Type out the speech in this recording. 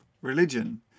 religion